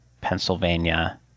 Pennsylvania